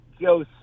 Joe